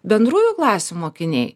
bendrųjų klasių mokiniai